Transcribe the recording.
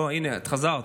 אוה, הינה את, חזרת.